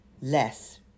less